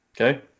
Okay